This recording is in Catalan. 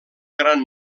gran